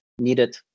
needed